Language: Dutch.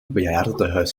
bejaardentehuis